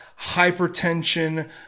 hypertension